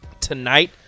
Tonight